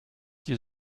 die